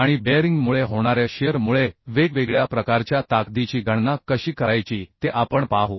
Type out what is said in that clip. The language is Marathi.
आणि बेअरिंगमुळे होणाऱ्या शिअर मुळे वेगवेगळ्या प्रकारच्या ताकदीची गणना कशी करायची ते आपण पाहू